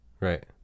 Right